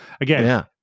Again